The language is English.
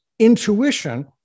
intuition